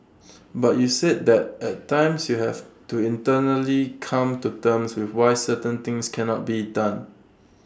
but you said that at times you have to internally come to terms with why certain things cannot be done